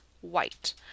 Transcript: white